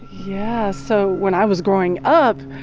yeah, so when i was growing up,